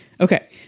Okay